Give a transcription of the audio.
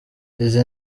izi